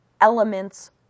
elements